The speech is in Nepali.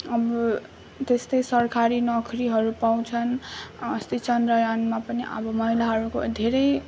अब त्यस्तै सरकारी नोकरीहरू पाउँछन् अस्ति चन्द्रयानमा पनि अब महिलाहरूको धेरै